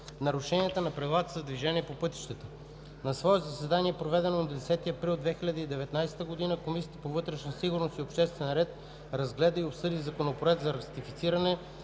нарушения на правилата за движение по пътищата На свое заседание, проведено на 10 април 2019 г., Комисията по вътрешна сигурност и обществен ред разгледа и обсъди Законопроект за ратифициране